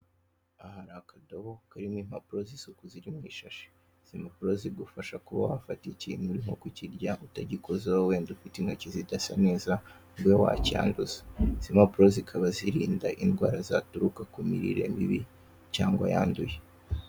Aha hari akado karimo impapuro z'isuku ziri mu ishashi. Izi mpapuro zigufasha kuba wafata ikintu uri nko kukirya utagikozeho, wenda ufite intoki zidasa neza ntube wacyanduza. Izi mpapuro zikaba zirinda indwara zaturuka ku mirire mibi cyangwa yanduye.